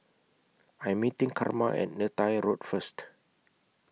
I'm meeting Carma At Neythai Road First